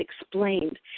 explained